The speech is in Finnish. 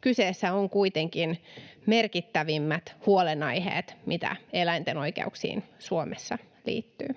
Kyseessä ovat kuitenkin merkittävimmät huolenaiheet, mitä eläinten oikeuksiin Suomessa liittyy.